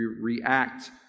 react